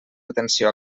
atenció